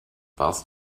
warst